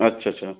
अच्छा अच्छा